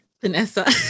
Vanessa